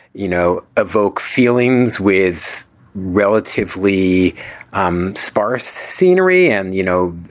you know, evoke feelings with relatively um sparse scenery. and, you know,